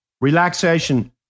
Relaxation